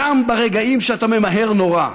גם ברגעים שאתה ממהר נורא,